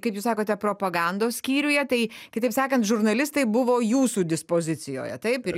kaip jūs sakote propagandos skyriuje tai kitaip sakant žurnalistai buvo jūsų dispozicijoje taip ir